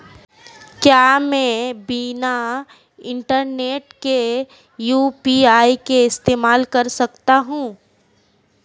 क्या मैं बिना इंटरनेट के यू.पी.आई का इस्तेमाल कर सकता हूं?